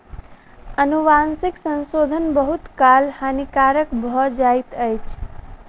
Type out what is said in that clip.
अनुवांशिक संशोधन बहुत काल हानिकारक भ जाइत अछि